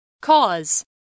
Cause